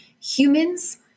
humans